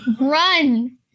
Run